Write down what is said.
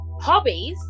hobbies